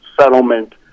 settlement